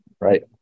right